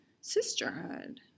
sisterhood